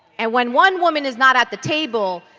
and when one woman is not at the table,